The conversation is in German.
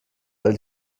all